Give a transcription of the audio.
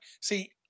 see